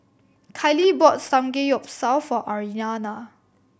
Kailee bought Samgeyopsal for Aryanna